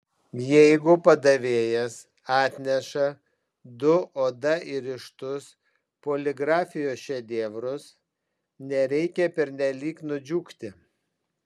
jeigu padavėjas atneša du oda įrištus poligrafijos šedevrus nereikia pernelyg nudžiugti